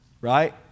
right